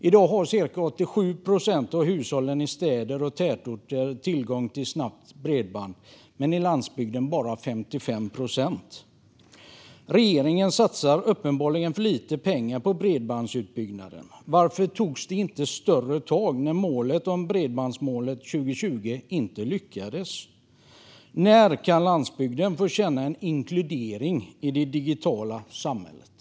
I dag har cirka 87 procent av hushållen i städer och tätorter tillgång till snabbt bredband. Men på landsbygden är det bara 55 procent. Regeringen satsar uppenbarligen för lite pengar på bredbandsutbyggnaden. Varför togs det inte större tag när bredbandsmålet för 2020 inte nåddes? När kan landsbygden få känna en inkludering i det digitala samhället?